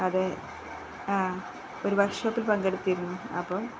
അത് ആ ഒരു വർക്ഷോപ്പിൽ പങ്കെടുത്തിരുന്നു അപ്പോള്